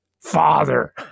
Father